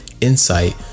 insight